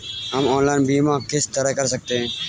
हम ऑनलाइन बीमा किस तरह कर सकते हैं?